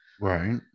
Right